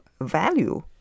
value